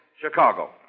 Chicago